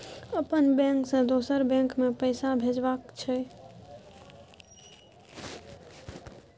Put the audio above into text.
अपन बैंक से दोसर बैंक मे पैसा भेजबाक छै?